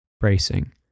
Bracing